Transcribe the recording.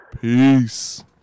peace